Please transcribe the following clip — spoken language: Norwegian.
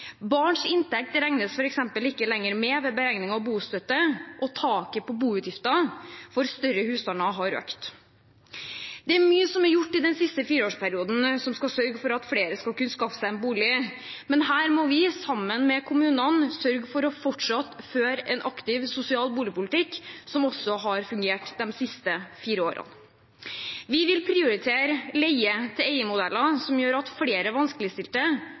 Barns inntekt regnes f.eks. ikke lenger med ved beregning av bostøtte, og taket på boutgifter for større husstander har økt. Det er mye som er gjort i den siste fireårsperioden som skal sørge for at flere skal kunne skaffe seg en bolig. Men her må vi sammen med kommunene sørge for fortsatt å føre en aktiv sosial boligpolitikk, som også har fungert de siste fire årene. Vi vil prioritere leie-til-eie-modellen, som gjør at flere vanskeligstilte